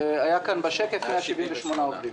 178 עובדים.